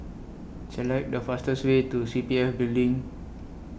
Select The fastest Way to C P F Building